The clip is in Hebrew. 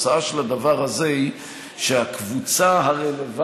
התוצאה של הדבר הזה היא שהקבוצה הרלוונטית